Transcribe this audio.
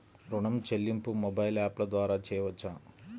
ఋణం చెల్లింపు మొబైల్ యాప్ల ద్వార చేయవచ్చా?